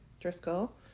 Driscoll